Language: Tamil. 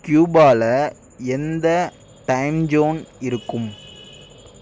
க்யூபாவில் எந்த டைம் ஜோன் இருக்கும்